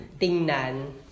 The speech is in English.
tingnan